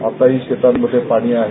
आताही शेतांमध्ये पाणी आहे